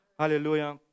Hallelujah